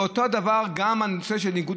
ואותו הדבר גם הנושא של ניגוד